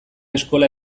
eskola